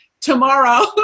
tomorrow